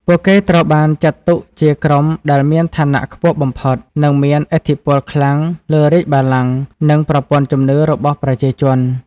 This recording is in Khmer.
ពួកគេត្រូវបានចាត់ទុកជាក្រុមដែលមានឋានៈខ្ពស់បំផុត និងមានឥទ្ធិពលខ្លាំងលើរាជបល្ល័ង្ក និងប្រព័ន្ធជំនឿរបស់ប្រជាជន។